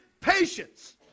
patience